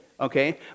Okay